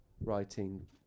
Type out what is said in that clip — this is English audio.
writing